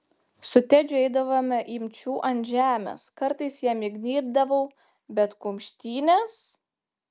su tedžiu eidavome imčių ant žemės kartais jam įgnybdavau bet kumštynės